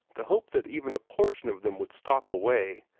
the hope that even a portion of them would stop away,